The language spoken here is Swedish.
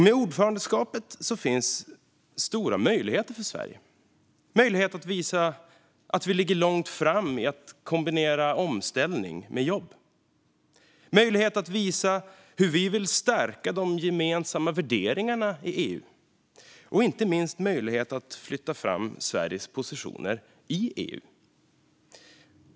Med ordförandeskapet finns det stora möjligheter för Sverige: möjlighet att visa att vi ligger långt fram i fråga om att kombinera omställning med jobb, möjlighet att visa hur vi vill stärka de gemensamma värderingarna i EU och inte minst möjlighet att flytta fram Sveriges positioner i EU.